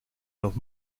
los